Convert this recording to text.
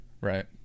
right